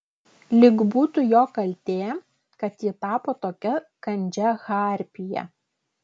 lyg būtų jo kaltė kad ji tapo tokia kandžia harpija